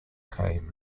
claim